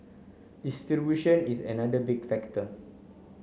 distribution is another big factor